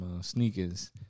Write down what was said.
sneakers